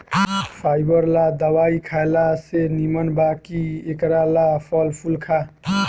fibre ला दवाई खएला से निमन बा कि एकरा ला फल फूल खा